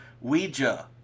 Ouija